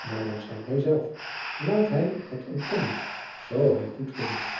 maar daar staat hij zelf laat hij het ontkennen zoo hij goed vindt